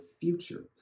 future